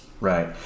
Right